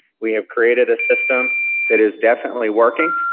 we have created a system that is definitely working.